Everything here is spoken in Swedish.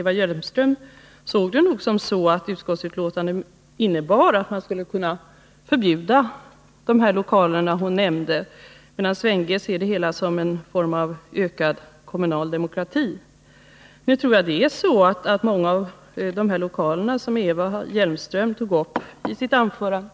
Eva Hjelmström ser det nog så att utskottets skrivning innebär att man skulle kunna förbjuda verksamhet i de lokaler hon nämnde. Sven G. Andersson däremot ser det hela som en fråga om ökad kommunal demokrati. Nu tror jag att många av de lokaler som Eva Hjelmström nämnde i sitt anförande —-—